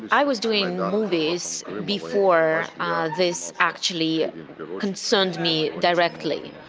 i was doing movies before this actually concerned me directly,